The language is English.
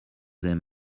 him